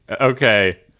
Okay